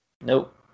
Nope